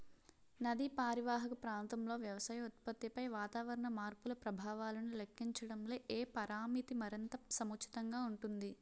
నదీ పరీవాహక ప్రాంతంలో వ్యవసాయ ఉత్పత్తిపై వాతావరణ మార్పుల ప్రభావాలను లెక్కించడంలో ఏ పరామితి మరింత సముచితంగా ఉంటుంది?